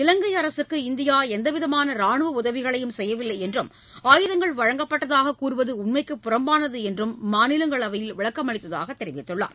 இலங்கை அரசுக்கு இந்தியா எந்தவிதமான ராணுவ உதவிகளையும் செய்யவில்லை என்றும் ஆயுதங்கள் வழங்கப்பட்டதாக கூறுவது உண்மைக்குப் புறம்பானது என்றும் மாநிலங்களவையில் விளக்கமளித்ததாக தெரிவித்துள்ளார்